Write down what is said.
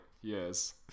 Yes